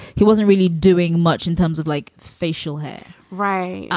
he wasn't really doing much in terms of like facial hair. right.